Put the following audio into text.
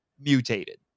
mutated